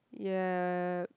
yeap